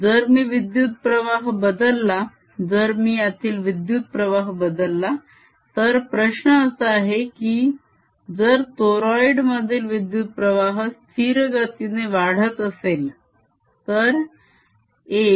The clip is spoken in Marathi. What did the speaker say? जर मी विद्युत प्रवाह बदलला जर मी यातील विद्युत प्रवाह बदलला तर प्रश्न असा आहे की जर तोरोईड मधील विद्युत प्रवाह स्थिर गतीने वाढत असेल तर a